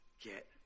get